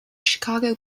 chicago